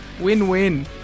Win-win